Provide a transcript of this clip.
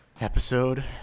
episode